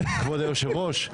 כבוד היושב-ראש,